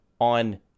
on